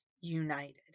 united